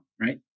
right